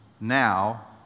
now